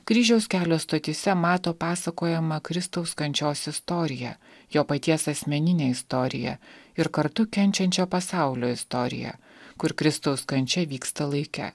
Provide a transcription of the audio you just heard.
kryžiaus kelio stotyse mato pasakojamą kristaus kančios istoriją jo paties asmeninę istoriją ir kartu kenčiančio pasaulio istoriją kur kristaus kančia vyksta laike